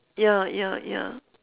ya ya ya